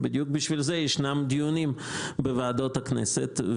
ושבדיוק בשביל זה יש דיונים בוועדות הכנסת.